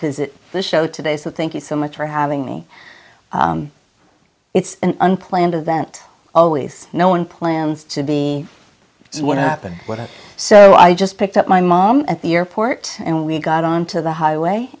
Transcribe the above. visit the show today so thank you so much for having me it's an unplanned of that always no one plans to be what happen what so i just picked up my mom at the airport and we got on to the highway